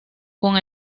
con